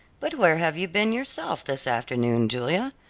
but where have you been, yourself, this afternoon, julia?